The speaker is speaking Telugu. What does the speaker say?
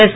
ఎస్